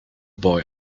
boy